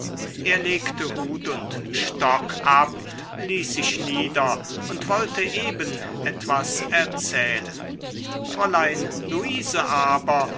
er legte hut und stock ab ließ sich nieder und wollte eben etwas erzählen fräulein luise aber